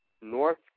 North